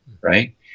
right